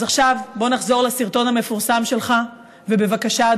אז עכשיו בוא נחזור לסרטון המפורסם שלך, ובבקשה,